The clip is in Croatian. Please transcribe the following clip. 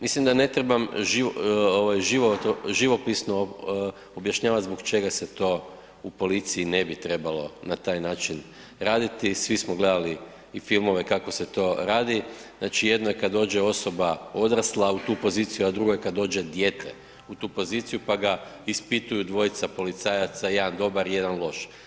Mislim da ne trebam živopisno objašnjavat zbog čega se to u policiji ne bi trebalo na taj način raditi, svismo gledali i filmove kako se to radi, znači jedno je kad dođe osoba odrasla u tu poziciju a drugo je kad dođe dijete u tu poziciju pa ga ispituju dvojica policajaca, jedan dobar, jedan loš.